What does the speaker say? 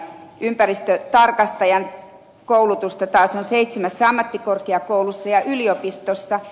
ympäristötarkastajan koulutusta taas on seitsemässä ammattikorkeakoulussa ja yliopistossa